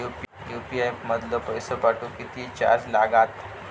UPI मधलो पैसो पाठवुक किती चार्ज लागात?